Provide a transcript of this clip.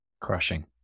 crushing